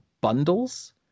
bundles